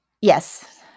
Yes